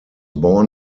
born